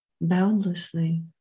boundlessly